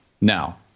Now